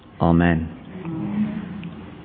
Amen